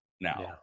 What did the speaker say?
now